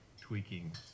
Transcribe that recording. tweaking